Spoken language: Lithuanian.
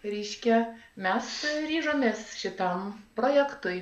reiškia mes ryžomės šitam projektui